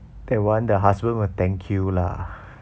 that [one] the husband will thank you lah